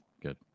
Good